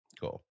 Cool